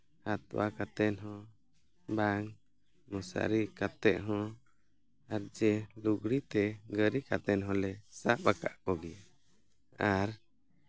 ᱦᱟᱛᱣᱟ ᱠᱟᱛᱮ ᱦᱚᱸ ᱵᱟᱝ ᱢᱚᱥᱟᱨᱤ ᱠᱟᱛᱮ ᱦᱚᱸ ᱟᱨ ᱡᱮ ᱞᱩᱜᱽᱲᱤ ᱛᱮ ᱜᱟᱹᱨᱤ ᱠᱟᱛᱮ ᱦᱚᱸᱞᱮ ᱥᱟᱵᱽ ᱟᱠᱟᱫ ᱠᱚᱜᱮᱭᱟ ᱟᱨ